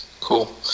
cool